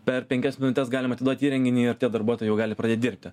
per penkias minutes galim atiduoti įrenginį ir tie darbuotojai jau gali pradėt dirbti